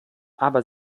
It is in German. aber